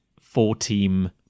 four-team